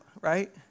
right